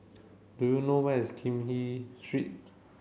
do you know where is Kim He Street